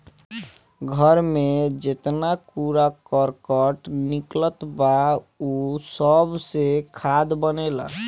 घर में जेतना कूड़ा करकट निकलत बा उ सबसे खाद बनेला